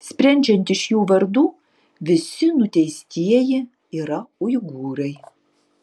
sprendžiant iš jų vardų visi nuteistieji yra uigūrai